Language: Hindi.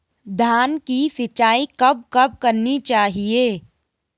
धान की सिंचाईं कब कब करनी चाहिये?